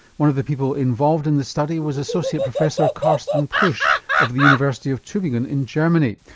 one of the people involved in the study was associate professor carsten pusch of the university of tubingen in germany.